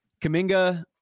Kaminga